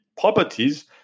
properties